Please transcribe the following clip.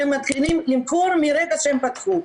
הם מתחילים למכור מרגע שהם פתחו.